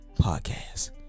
Podcast